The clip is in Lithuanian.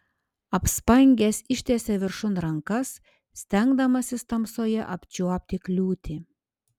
apspangęs ištiesė viršun rankas stengdamasis tamsoje apčiuopti kliūtį